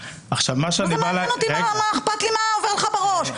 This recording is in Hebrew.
מה זה מעניין אותי, מה אכפת לי מה עובר לך בראש.